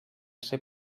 ser